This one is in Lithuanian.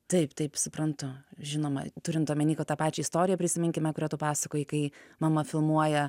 taip taip suprantu žinoma turint omeny kad tą pačią istoriją prisiminkime kurią tu pasakojai kai mama filmuoja